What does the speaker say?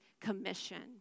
commission